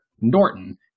Norton